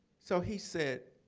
so he said,